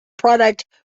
product